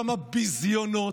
כמה ביזיונות,